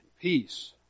Peace